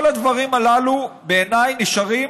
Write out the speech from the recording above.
כל הדברים הללו בעיניי נשארים